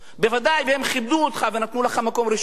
בוודאי, והם כיבדו אותך, ונתנו לך מקום ראשון.